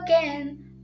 again